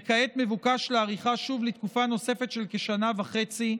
וכעת מבוקש להאריכה שוב לתקופה נוספת של כשנה וחצי,